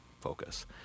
focus